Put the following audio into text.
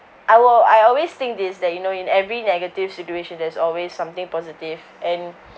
I will I always think this that you know in every negative situation there's always something positive and